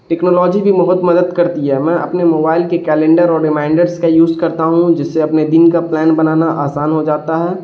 technology بھی بہت مدد کرتی ہے میں اپنے موبائل کے کیلنڈر اور ریمائنڈرس کا یوز کرتا ہوں جس سے اپنے دن کا پلان بنانا آسان ہو جاتا ہے